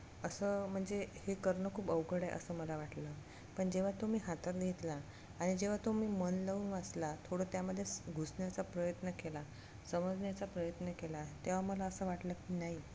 असं म्हणजे हे करणं खूप अवघड आहे असं मला वाटलं पण जेव्हा तो मी हातात घेतला आणि जेव्हा तो मी मन लावून वाचला थोडं त्यामध्ये घुसण्याचा प्रयत्न केला समजण्याचा प्रयत्न केला तेव्हा मला असं वाटलं की नाही